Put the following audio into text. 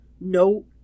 No